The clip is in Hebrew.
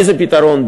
איזה פתרון,